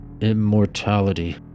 Immortality